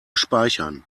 speichern